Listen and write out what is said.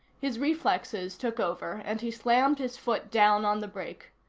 his reflexes took over and he slammed his foot down on the brake.